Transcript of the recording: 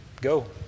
Go